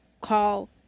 call